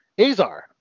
Azar